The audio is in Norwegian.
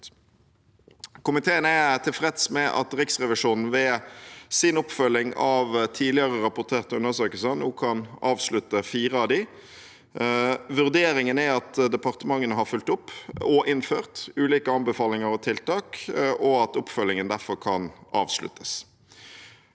Komiteen er tilfreds med at Riksrevisjonen ved sin oppfølging av tidligere rapporterte undersøkelser nå kan avslutte fire av dem. Vurderingen er at departementene har fulgt opp og innført ulike anbefalinger og tiltak, og at oppfølgingen derfor kan avsluttes.